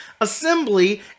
assembly